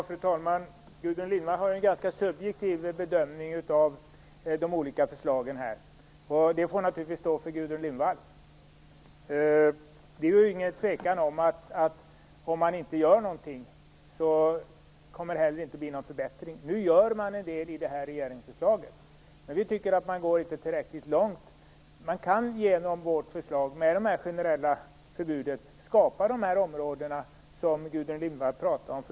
Fru talman! Gudrun Lindvall har en ganska subjektiv bedömning av de olika förslagen. Det får naturligtvis stå för henne. Det är ingen tvekan om att det inte kommer att bli någon förbättring om man inte gör något. Nu gör man en del i det här regeringsförslaget, men vi tycker inte att man går tillräckligt långt. Man kan genom vårt förslag med det generella förbudet skapa de områden som Gudrun Lindvall pratade om.